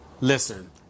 Listen